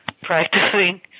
practicing